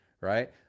right